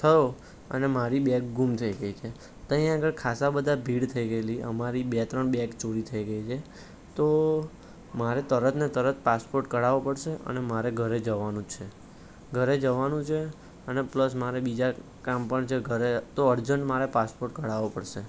થયો અને મારી બેગ ગુમ થઈ ગઈ છે તંઈ આગળ ખાસા બધા ભીડ થઈ ગયેલી અમને મારી બે ત્રણ બેગ ચોરી થઈ ગઈ છે તો મારે તરત ને તરત પાસપોર્ટ કઢાવવો પડશે અને મારે ઘરે જવાનું છે ઘરે જવાનું છે અને પ્લસ મારે બીજા કામ પણ છે ઘરે તો અર્જન્ટ મારે પાસપોર્ટ કઢાવવો પડશે